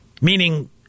Meaning